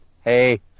Hey